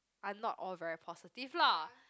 are not all very positive lah